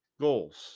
goals